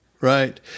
Right